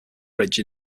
bridge